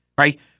Right